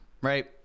Right